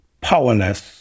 powerless